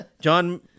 John